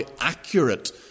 accurate